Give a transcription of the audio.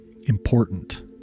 important